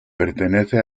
pertenece